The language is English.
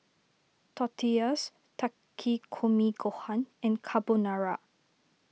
Tortillas Takikomi Gohan and Carbonara